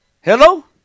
Hello